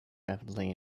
rapidly